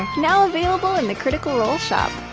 now available in the critical role shop.